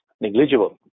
Negligible